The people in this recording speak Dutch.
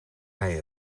hij